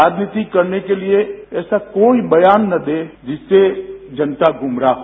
राजनीति करने के लिए ऐसा कोई बयान न दें जिससे जनता गुमराह हो